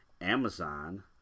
Amazon